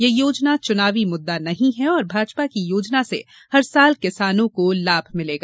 यह योजना चुनावी मुद्दा नहीं है और भाजपा की योजना से हर साल किसानों को लाभ मिलेगा